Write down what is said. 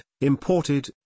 imported